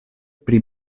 pri